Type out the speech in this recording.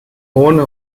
ohne